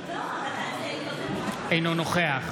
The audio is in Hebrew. אינו נוכח